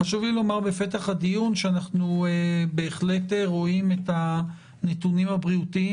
חשוב לי לומר בפתח הדיון שאנחנו בהחלט רואים את הנתונים הבריאותיים,